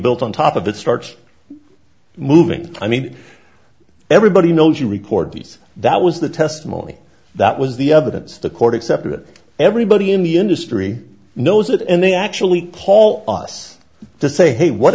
built on top of it starts moving i mean everybody knows you record these that was the testimony that was the evidence the court accepted it everybody in the industry knows it and they actually call us to say hey what